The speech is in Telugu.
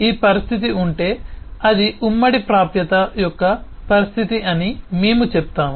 ఈ పరిస్థితి ఉంటే అది ఉమ్మడి ప్రాప్యత యొక్క పరిస్థితి అని మేము చెప్తాము